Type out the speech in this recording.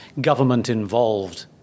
government-involved